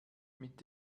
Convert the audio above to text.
mit